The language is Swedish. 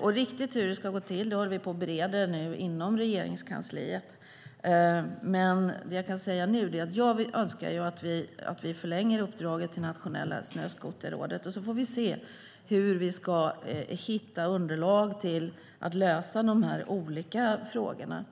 Mer exakt hur det ska gå till håller vi nu på och bereder inom Regeringskansliet. Det jag kan säga nu är att jag önskar att vi förlänger uppdraget till Nationella Snöskoterrådet. Sedan får vi se hur vi ska hitta underlag till att lösa de olika frågorna.